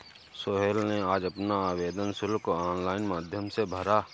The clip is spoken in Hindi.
सोहेल ने आज अपना आवेदन शुल्क ऑनलाइन माध्यम से भरा